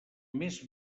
més